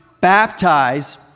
baptize